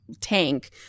Tank